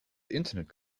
internet